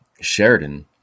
Sheridan